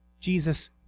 Jesus